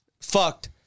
fucked